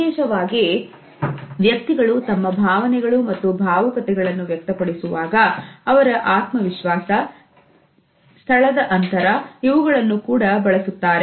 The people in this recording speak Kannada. ವಿಶೇಷವಾಗಿ ವ್ಯಕ್ತಿಗಳು ತಮ್ಮ ಭಾವನೆಗಳು ಮತ್ತು ಭಾವುಕತೆಗಳನ್ನು ವ್ಯಕ್ತಪಡಿಸುವಾಗ ಅವರ ಆತ್ಮವಿಶ್ವಾಸ ತಳದ ಅಂತರ ಇವುಗಳನ್ನು ಕೂಡ ಬಳಸುತ್ತಾರೆ